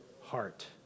heart